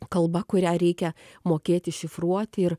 kalba kurią reikia mokėti iššifruoti ir